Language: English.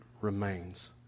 remains